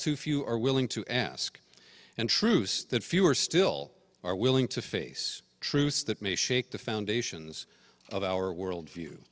too few are willing to ask and truths that fewer still are willing to face truths that may shake the foundations of our world view